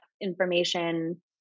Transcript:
information